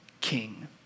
king